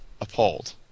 appalled